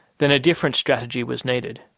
then a different strategy was needed.